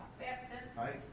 batson? aye.